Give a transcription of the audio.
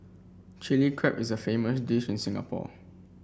Chilli Crab is a famous dish in Singapore